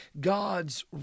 God's